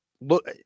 look